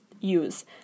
use